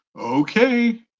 Okay